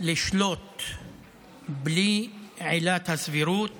לשלוט בלי עילת הסבירות